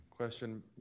Question